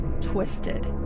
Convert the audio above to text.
Twisted